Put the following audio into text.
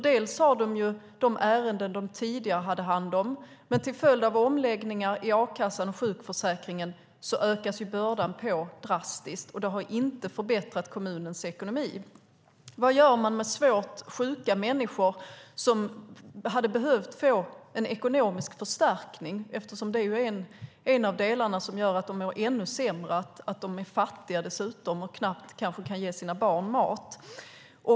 Dels har de de ärenden de tidigare hade hand om, dels, till följd av omläggningar i a-kassan och sjukförsäkringen, ökas bördan på drastiskt. Detta har inte förbättrat kommunernas ekonomi. Vad gör man med svårt sjuka människor som hade behövt få en ekonomisk förstärkning? Att vara fattig och kanske knappt kunna ge sina barn mat är ju en av delarna som gör att de mår ännu sämre.